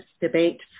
debate